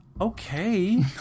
Okay